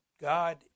God